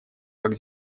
как